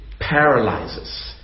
paralyzes